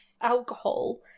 alcohol